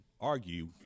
Argue